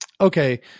Okay